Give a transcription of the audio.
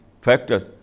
factors